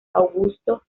augusto